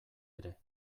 ere